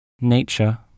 Nature